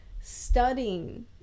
studying